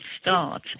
start